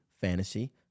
fantasy